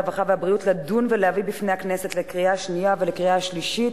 הרווחה והבריאות לדון ולהביא בפני הכנסת לקריאה שנייה ולקריאה שלישית